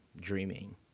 dreaming